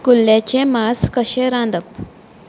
कुल्ल्याचें मास कशें रांदप